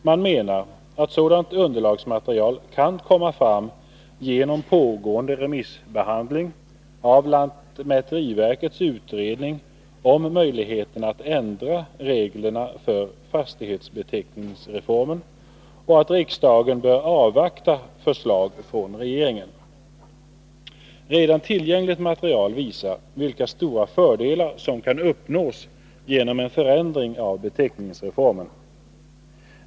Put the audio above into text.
Man menar att sådant underlagsmaterial kan komma fram genom pågående remissbehandling av lantmäteriverkets utredning om möjligheterna att ändra reglerna för fastighetsbeteckningsreformen och att riksdagen bör avvakta förslag från regeringen. Redan tillgängligt material visar vilka stora fördelar som kan uppnås genom en förändring av beteckningsreformen.